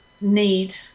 need